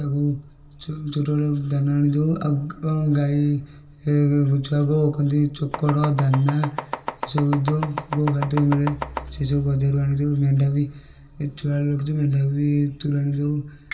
ତାକୁ ଛୋଟବେଳେ ଦାନ ଆଣିଦେଉ ଆଉ ଗାଈ ଛୁଆକୁ ଚୋକଡ଼ ଦାନା ଏସବୁ ଦେଉ ଗୋଖାଦ୍ୟ ମିଳେ ସେ ସବୁ ବଜାରରୁ ଆଣି ଦେଉ ମେଣ୍ଢା ବି ଛୁଆବେଳୁ ରଖିଛୁ ମେଣ୍ଢାକୁ ବି ତୋରାଣି ଦେଉ